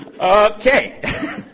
Okay